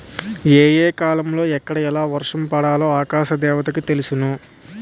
ఏ ఏ కాలాలలో ఎక్కడ ఎలా వర్షం పడాలో ఆకాశ దేవతకి తెలుసును